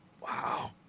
Wow